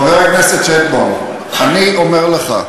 חבר הכנסת שטבון, אני אומר לך,